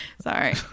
Sorry